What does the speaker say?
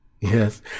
Yes